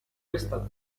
questa